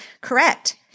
Correct